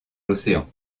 l’océan